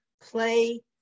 play